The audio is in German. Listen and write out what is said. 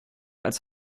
als